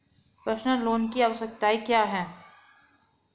Personal loan की आवश्यकताएं क्या हैं?